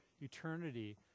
eternity